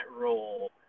role